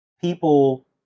people